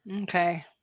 Okay